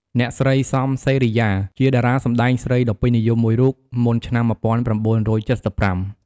អ្នកស្រី សំ សេរីយ៉ា ជាតារាសម្តែងស្រីដ៏ពេញនិយមមួយរូបមុនឆ្នាំ ១៩៧៥។